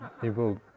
People